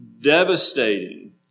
devastating